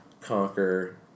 conquer